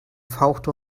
fauchte